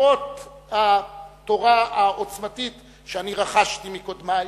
למרות התורה העוצמתית שאני רכשתי מקודמי